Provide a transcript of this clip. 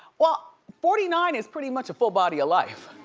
well, forty nine is pretty much a full body of life.